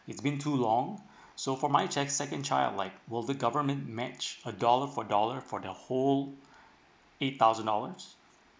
it's been too long so for my check second child like will the government match a dollar for dollar for the whole eight thousand dollars